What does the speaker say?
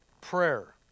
Prayer